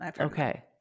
Okay